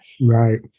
Right